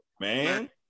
Man